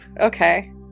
okay